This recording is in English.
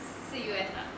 see where but